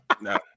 No